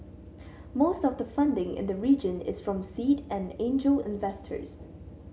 most of the funding in the region is from seed and angel investors